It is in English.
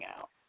out